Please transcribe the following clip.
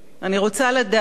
אני רוצה לדעת.